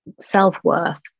self-worth